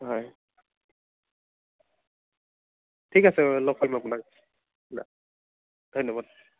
হয় ঠিক আছে বাৰু লগ কৰিম আপোনাক ধন্যবাদ